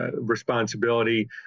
responsibility